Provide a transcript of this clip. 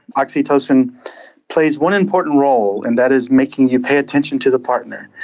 oxytocin plays one important role, and that is making you pay attention to the partner.